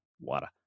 water